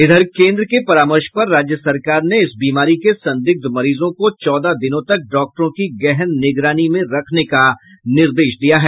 इधर केन्द्र के परामर्श पर राज्य सरकार ने इस बीमारी के संदिग्ध मरीजों को चौदह दिनों तक डॉक्टरों की गहन निगरानी में रखने का निर्देश दिया है